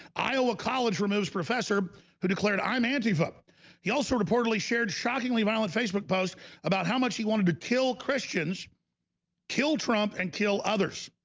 iowa college removes professor who declared. i'm anti foe he also reportedly shared shockingly violent facebook post about how much he wanted to kill christians kill trump and kill others